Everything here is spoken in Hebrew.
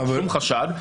אין כל חשד,